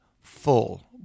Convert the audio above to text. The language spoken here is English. full